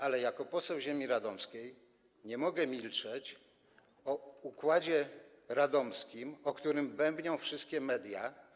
Ale jako poseł ziemi radomskiej nie mogę milczeć o układzie radomskim, o którym bębnią wszystkie media.